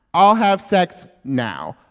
i'll have sex now.